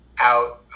out